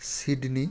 Sydney